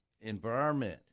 environment